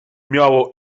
miało